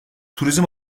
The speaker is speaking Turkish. turizm